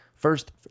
First